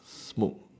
smoke